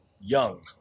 young